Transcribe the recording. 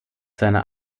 seiner